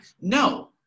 No